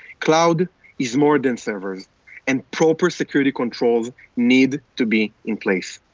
cloud is more than servers and proper security controls need to be in place.